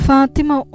Fatima